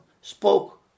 spoke